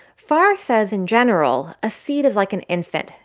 fahrer says in general, a seed is like an infant.